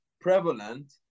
prevalent